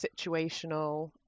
situational